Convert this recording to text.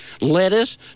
Lettuce